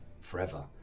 forever